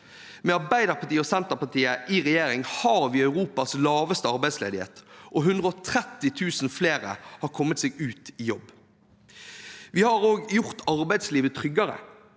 Med Arbeiderpartiet og Senterpartiet i regjering har vi Europas laveste arbeidsledighet, og 130 000 flere har kommet seg ut i jobb. Vi også gjort arbeidslivet tryggere,